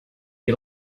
get